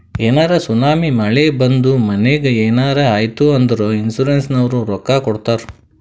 ಏನರೇ ಸುನಾಮಿ, ಮಳಿ ಬಂದು ಮನಿಗ್ ಏನರೇ ಆಯ್ತ್ ಅಂದುರ್ ಇನ್ಸೂರೆನ್ಸನವ್ರು ರೊಕ್ಕಾ ಕೊಡ್ತಾರ್